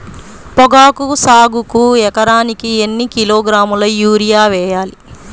పొగాకు సాగుకు ఎకరానికి ఎన్ని కిలోగ్రాముల యూరియా వేయాలి?